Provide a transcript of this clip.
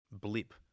blip